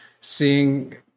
seeing